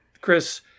chris